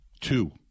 Two